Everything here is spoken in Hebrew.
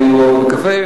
אני מאוד מקווה.